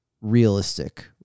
realistic